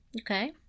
Okay